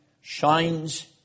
shines